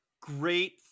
great